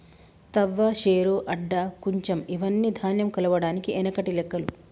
తవ్వ, శేరు, అడ్డ, కుంచం ఇవ్వని ధాన్యం కొలవడానికి ఎనకటి లెక్కలు